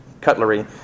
cutlery